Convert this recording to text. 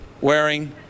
wearing